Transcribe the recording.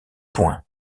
point